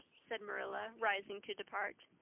said marilla, rising to depart.